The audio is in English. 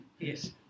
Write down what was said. Yes